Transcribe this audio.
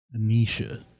Anisha